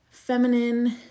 feminine